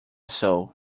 soul